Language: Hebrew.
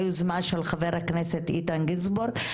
היוזמה של חבר הכנסת איתן גינזבורג,